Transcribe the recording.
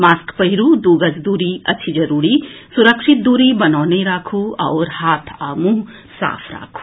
mask पहिरू दू गज दूरी अछि जरूरी सुरक्षित दूरी बनौने राखू आओर हाथ आ मुंह साफ राखू